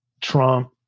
Trump